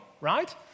right